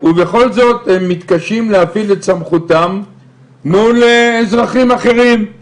אנחנו נמצאים בכל אירוע ובודקים